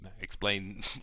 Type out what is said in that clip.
explain